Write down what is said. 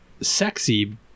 sexy